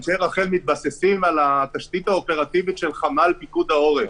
אנשי רח"ל מתבססים על התשתית האופרטיבית של חמ"ל פיקוד העורף.